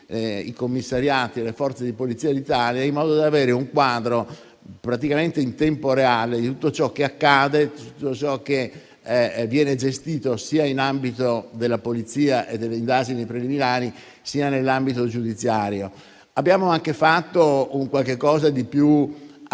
i commissariati delle Forze di polizia di Italia, in modo da avere un quadro praticamente in tempo reale di tutto ciò che accade e che viene gestito sia nell'ambito della Polizia e delle indagini preliminari sia nell'ambito giudiziario. Abbiamo fatto anche qualcosa di più